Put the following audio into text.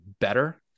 better